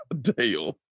Dale